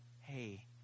Hey